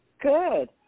Good